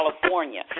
california